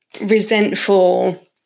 resentful